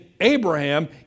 Abraham